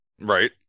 right